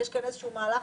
רשות ההשקעות,